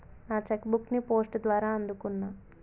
నా cheque book ని post ద్వారా అందుకున్నా